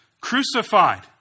crucified